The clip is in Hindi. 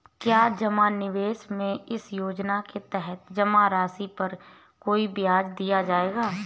क्या जमा निवेश में इस योजना के तहत जमा राशि पर कोई ब्याज दिया जाएगा?